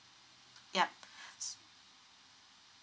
yup